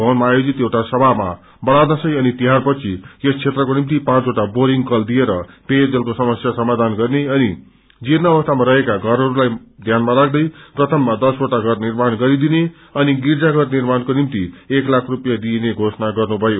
भवनमा आयोजित एउटा सभामा बड़ा दशै अनि तिहारपछि यस क्षेत्रको निम्ति पाँचवटा बोरिंग कल दिएर पेयजलको समस्या सामाधान गर्ने अनि जीर्ण अवस्थामा रहेका घरहरूलाई ध्यानमा राख्दै प्रथममा दसवटा घर निर्माण गरिदिने अनि गिर्जाघर निर्माणको निम्ति एक लाख रूपियाँ दिइने घोषणा गर्नुभयो